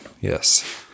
Yes